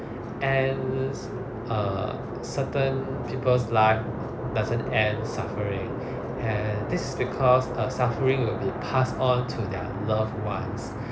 ends err certain people's life doesn't end suffering and this because uh suffering will be passed on to their loved ones